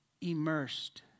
immersed